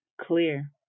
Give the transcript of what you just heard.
clear